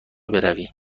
بروی